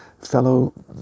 fellow